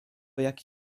jak